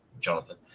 Jonathan